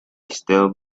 still